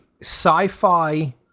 sci-fi